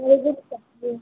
आंलाय गोसो खांसिनो